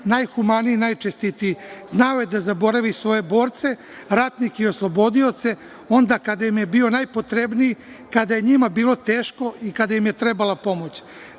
najhumaniji, najčestitiji. Znao je da zaboravi svoje borce, ratnike i oslobodioce, onda kada im je bio najpotrebniji, onda ka je njima bilo teško i kada im je trebala pomoć.